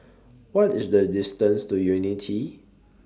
What IS The distance to Unity